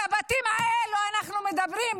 על הבתים האלה אנחנו מדברים,